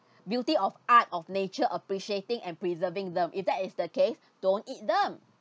beauty of art of nature appreciating and preserving them if that is the case don't eat them